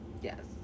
yes